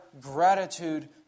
gratitude